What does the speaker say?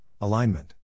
Alignment